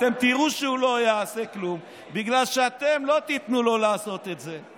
ואתם תראו שהוא לא יעשה כלום בגלל שאתם לא תיתנו לו לעשות את זה,